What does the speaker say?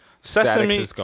Sesame